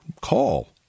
call